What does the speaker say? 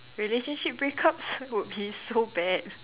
relationship break-ups would be so bad